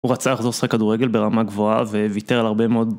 הוא רצה לחזור לשחק כדורגל ברמה גבוהה וויתר על הרבה מאוד...